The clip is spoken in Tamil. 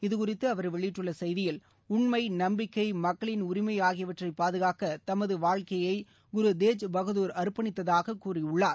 இதுகுறித்து அவர் வெளியிட்டுள்ள செய்தியில் உண்மை நம்பிக்கை மக்களின் உரிமை ஆகியவற்றை பாதுகாக்க தமது வாழ்க்கையை குரு தேஜ் பகதூர் அர்ப்பணித்ததாக கூறியுள்ளார்